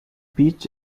beach